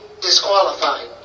disqualified